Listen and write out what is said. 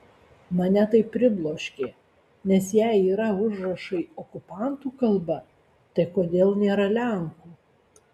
mane tai pribloškė nes jei yra užrašai okupantų kalba tai kodėl nėra lenkų